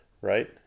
right